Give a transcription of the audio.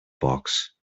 box